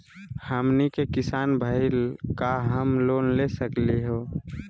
हमनी के किसान भईल, का हम लोन ले सकली हो?